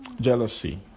Jealousy